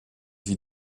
wie